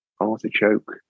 artichoke